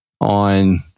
on